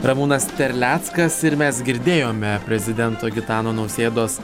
ramūnas terleckas ir mes girdėjome prezidento gitano nausėdos